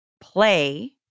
play